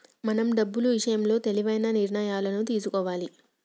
మనం డబ్బులు ఇషయంలో తెలివైన నిర్ణయాలను తీసుకోవాలే